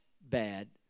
bad